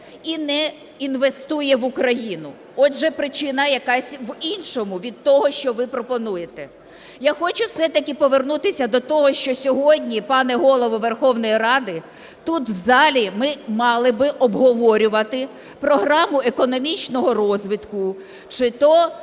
і не інвестує в Україну. Отже, причина якась в іншому від того, що ви пропонуєте. Я хочу все-таки повернутися до того, що сьогодні, пане Голово Верховної Ради, тут в залі ми мали би обговорювати програму економічного розвитку чи то